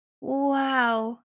Wow